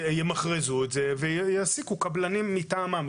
ימכרזו ויעסיקו קבלנים מטעמן.